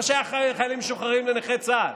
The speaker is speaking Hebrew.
מה שייכים חיילים משוחררים לנכי צה"ל?